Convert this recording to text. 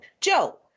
Joe